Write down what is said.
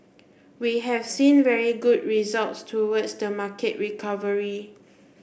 we have seen very good results towards the market recovery